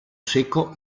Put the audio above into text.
seco